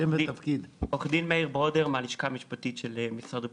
עו"ד מאיר ברודר, הלשכה המשפטית של משרד הבריאות.